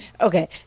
Okay